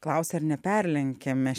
klausia ar neperlenkiam mes